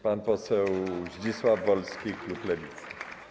Pan poseł Zdzisław Wolski, klub Lewicy.